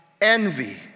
envy